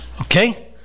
Okay